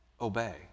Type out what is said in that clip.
obey